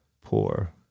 Poor